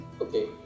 okay